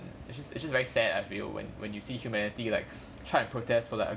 it's just it's just very sad I feel when when you see humanity like tried to protest for like